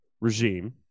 regime